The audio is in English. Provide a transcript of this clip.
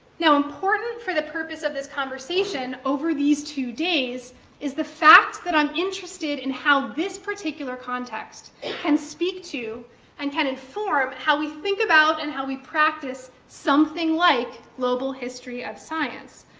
now, important for the purpose of this conversation over these two days is the fact that i'm interested in how this particular context and can speak to and can inform how we think about and how we practice something like global history of science,